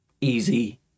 easy